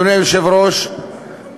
אדוני היושב-ראש,